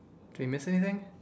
did we miss anything